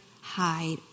hide